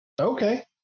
Okay